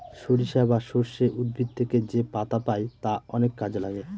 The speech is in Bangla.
সরিষা বা সর্ষে উদ্ভিদ থেকে যেপাতা পাই তা অনেক কাজে লাগে